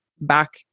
back